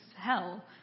hell